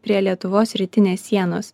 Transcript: prie lietuvos rytinės sienos